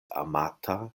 amata